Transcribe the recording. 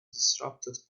disrupted